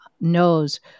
knows